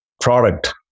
product